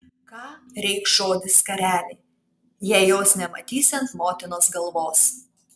ką reikš žodis skarelė jei jos nematysi ant motinos galvos